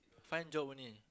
find job only